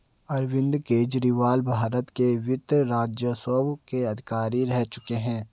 अरविंद केजरीवाल भारत के वित्त राजस्व के अधिकारी रह चुके हैं